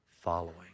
following